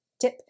tip